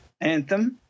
anthem